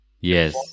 Yes